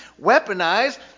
weaponized